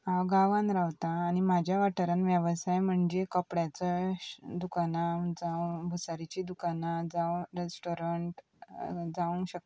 हांव गांवान रावतां आनी म्हाज्या वाठारान वेवसाय म्हणजे कपड्याचो दुकानां जावं भुसारीचीं दुकानां जावं रेस्टोरंट जावंक शकता